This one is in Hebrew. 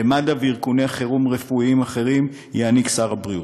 למד"א ולארגוני חירום רפואיים אחרים יעניק שר הבריאות.